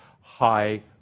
high